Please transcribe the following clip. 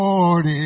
Lord